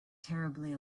terribly